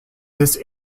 this